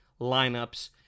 lineups